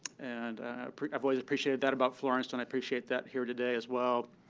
and i've always appreciated that about florence, and i appreciate that here today, as well.